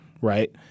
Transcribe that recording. right